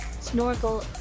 Snorkel